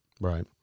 Right